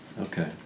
Okay